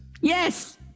Yes